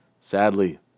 Sadly